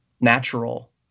natural